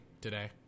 today